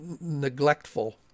neglectful